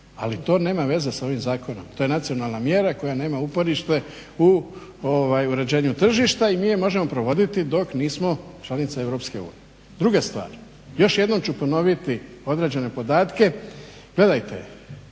Ali to nema veze sa ovim zakonom. To je nacionalna mjera koja nema uporište u uređenju tržišta i mi je možemo provoditi dok nismo članica EU. Druga stvar, još jednom ću ponoviti određene podatke, gledajte